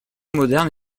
moderne